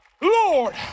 Lord